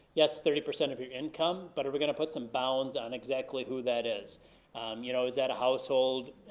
yes, thirty percent of your income, but are we gonna put some bounds on exactly who that is? you know is that a household?